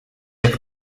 jak